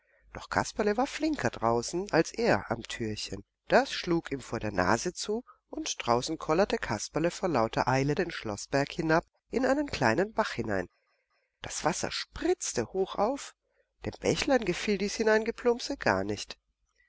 doch kasperle war flinker draußen als er am türchen das schlug ihm vor der nase zu und draußen kollerte kasperle vor lauter eile den schloßberg hinab in einen kleinen bach hinein das wasser spritzte hoch auf dem bächlein gefiel dies hineingeplumse gar nicht